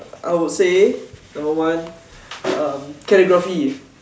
I would say number one um calligraphy